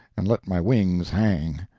and let my wings hang.